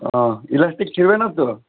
ও elastic ছিঁড়বে না তো